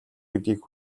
гэдгийг